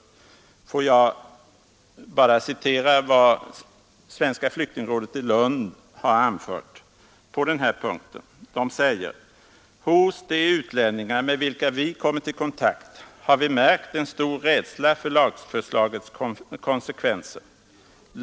Tillåt mig här citera vad Svenska flyktingrådet i Malmö-Lund har anfört på denna punkt. Rådet säger: ”Hos de utlänningar, med vilka vi kommit i kontakt, har vi märkt en stor rädsla för lagförslagets konsekvenser.